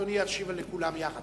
אדוני ישיב לכולם יחד.